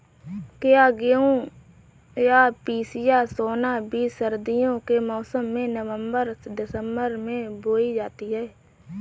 क्या गेहूँ या पिसिया सोना बीज सर्दियों के मौसम में नवम्बर दिसम्बर में बोई जाती है?